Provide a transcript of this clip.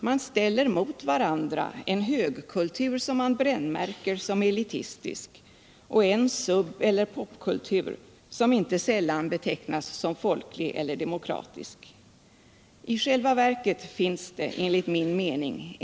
Man ställer mot varandra en högkultur som man brännmärker som elitistisk och en sub eller popkultur som inte sällan betecknas som folklig eller demokratisk. I själva verket finns det, enligt min mening.